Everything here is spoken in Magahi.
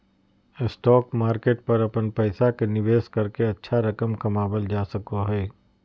स्टॉक मार्केट पर अपन पैसा के निवेश करके अच्छा रकम कमावल जा सको हइ